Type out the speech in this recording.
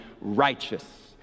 righteous